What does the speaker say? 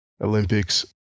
Olympics